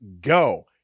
go